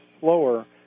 slower